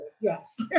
Yes